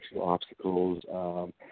obstacles